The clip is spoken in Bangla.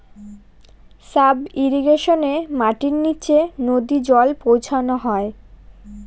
সাব ইর্রিগেশনে মাটির নীচে নদী জল পৌঁছানো হয়